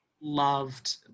loved